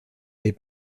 des